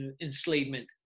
enslavement